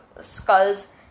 skulls